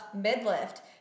mid-lift